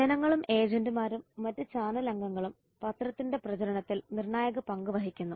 ജനങ്ങളും ഏജന്റുമാരും മറ്റ് ചാനൽ അംഗങ്ങളും പത്രത്തിന്റെ പ്രചരണത്തിൽ നിർണായക പങ്ക് വഹിക്കുന്നു